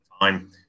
time